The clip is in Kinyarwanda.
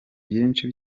byinshi